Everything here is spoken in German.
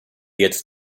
jetzt